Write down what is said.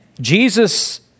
Jesus